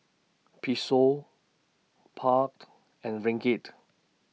Peso and Ringgit